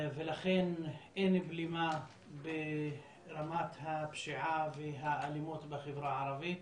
ולכן אין בלימה ברמת הפשיעה והאלימות בחברה הערבית.